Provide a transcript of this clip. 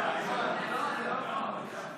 להורים במס הכנסה והגדלת מענק עבודה (הוראת שעה),